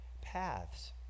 paths